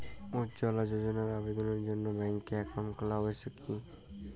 উজ্জ্বলা যোজনার আবেদনের জন্য ব্যাঙ্কে অ্যাকাউন্ট খোলা আবশ্যক কি?